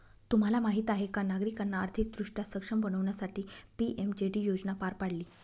तुम्हाला माहीत आहे का नागरिकांना आर्थिकदृष्ट्या सक्षम बनवण्यासाठी पी.एम.जे.डी योजना पार पाडली